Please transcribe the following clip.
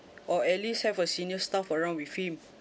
or at least have a senior staff around with him